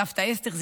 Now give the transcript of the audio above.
סבתא אסתר,